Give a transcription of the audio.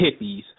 hippies